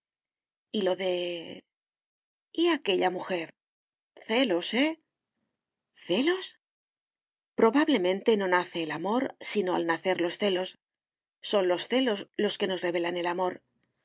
y lo de y aquélla mujer celos eh celos probablemente no nace el amor sino al nacer los celos son los celos los que nos revelan el amor